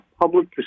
public